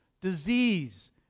disease